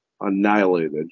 annihilated